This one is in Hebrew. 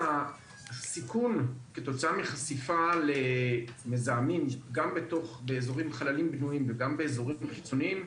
הסיכון כתוצאה מחשיפה למזהמים גם בחללים בנויים וגם באזורים חיצוניים,